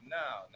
now